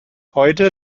heute